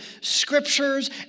scriptures